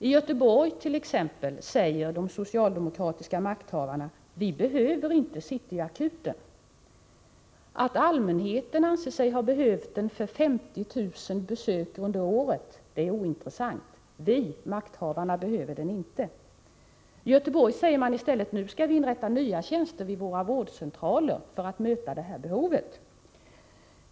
I Göteborg säger t.ex. de socialdemokratiska makthavarna: Vi behöver inte City Akuten. Att allmänheten anser sig ha behövt den för 50 000 besök om året är ointressant. Vi — makthavarna — behöver den inte. I Göteborg säger man i stället: Nu skall vi inrätta nya tjänster vid våra vårdcentraler för att möta det här behovet.